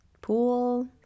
pool